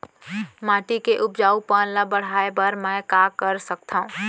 माटी के उपजाऊपन ल बढ़ाय बर मैं का कर सकथव?